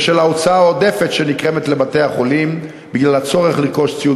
בשל ההוצאה העודפת שנגרמת לבתי-החולים בגלל הצורך לרכוש ציוד